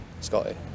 Scotty